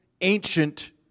ancient